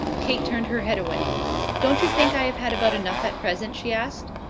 kate turned her head away don't you think i have had about enough at present? she asked.